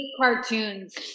cartoons